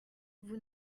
vous